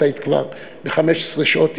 את היית כבר ב-15 שעות טיסה.